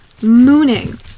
mooning